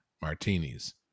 martinis